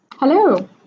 Hello